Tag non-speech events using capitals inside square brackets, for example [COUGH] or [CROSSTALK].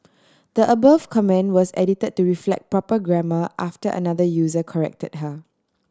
[NOISE] the above comment was edit to reflect proper grammar after another user corrected her